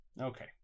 Okay